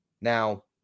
Now